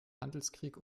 handelskrieg